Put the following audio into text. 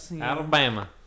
Alabama